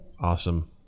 Awesome